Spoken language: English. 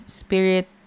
spirit